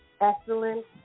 excellent